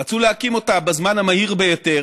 רצו להקים אותה בזמן המהיר ביותר